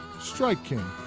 strike king,